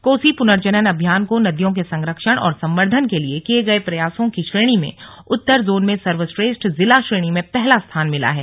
कोसी पुनर्जनन अभियान को नदियों के संरक्षण और संवर्धन के लिए किये गए प्रयासों की श्रेणी में उत्तर जोन में सर्वश्रेष्ठ जिला श्रेणी में पहला स्थान मिला है